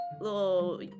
little